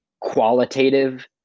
qualitative